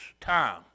time